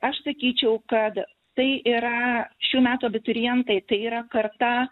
aš sakyčiau kad tai yra šių metų abiturientai tai yra karta